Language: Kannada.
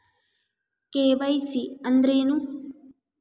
ಕೆ.ವೈ.ಸಿ ಅಂದ್ರೇನು?